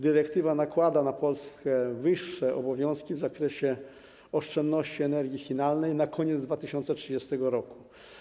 Dyrektywa nakłada na Polskę większe obowiązki w zakresie oszczędności energii finalnej na koniec 2030 r.